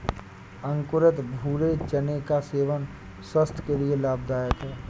अंकुरित भूरे चने का सेवन स्वास्थय के लिए लाभदायक है